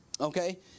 okay